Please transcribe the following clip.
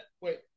Wait